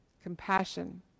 compassion